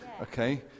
okay